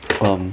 um